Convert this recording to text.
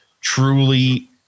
truly